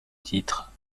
titre